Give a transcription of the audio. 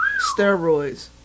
Steroids